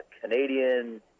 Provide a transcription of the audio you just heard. Canadian